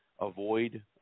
avoid